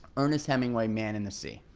earnest hemingway, man in the sea.